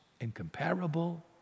incomparable